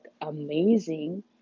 amazing